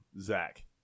Zach